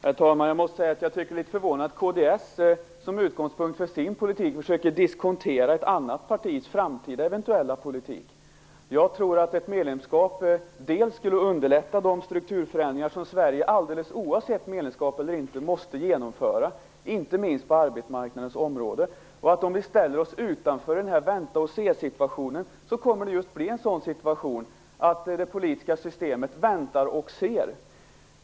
Herr talman! Jag tycker att det är litet förvånande att Kristdemokraterna som utgångspunkt för sin politik försöker diskontera ett annat partis framtida eventuella politik. Jag tror att ett medlemskap skulle underlätta de strukturförändringar som Sverige alldeles oavsett medlemskap eller inte måste genomföra, inte minst på arbetsmarknadens område. Om vi ställer oss utanför, i vänta-och-se-situationen, kommer det att bli just en sådan situation att det politiska systemet väntar och ser.